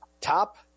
top